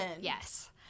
yes